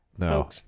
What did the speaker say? no